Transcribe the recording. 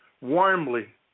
warmly